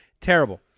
Terrible